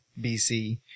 BC